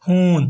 ہوٗن